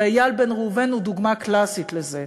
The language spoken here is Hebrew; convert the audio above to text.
ואיל בן ראובן הוא דוגמה קלאסית לזה.